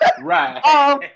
Right